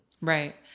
Right